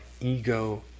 ego